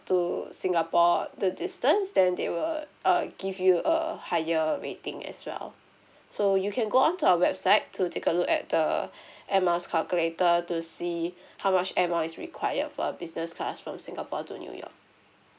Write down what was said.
to singapore the distance then they will err give you a higher rating as well so you can go on to our website to take a look at the airmiles calculator to see how much airmiles is required for a business class from singapore to new york